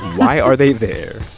why are they there?